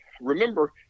Remember